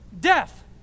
death